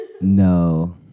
No